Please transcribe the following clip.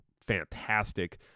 fantastic